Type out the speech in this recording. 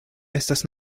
estas